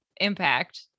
impact